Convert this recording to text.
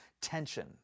tension